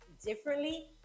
differently